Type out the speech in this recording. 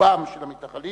רובם של המתנחלים,